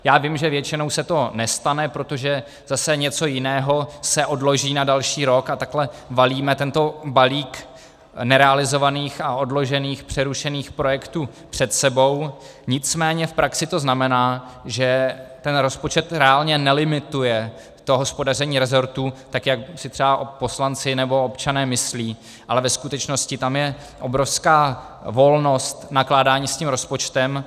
Já vím, že většinou se to nestane, protože zase něco jiného se odloží na další rok, a takhle valíme tento balík nerealizovaných a odložených, přerušených projektů před sebou, nicméně v praxi to znamená, že rozpočet reálně nelimituje to hospodaření resortů tak, jak si třeba poslanci nebo občané myslí, ale ve skutečnosti tam je obrovská volnost v nakládání s tím rozpočtem.